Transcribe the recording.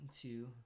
two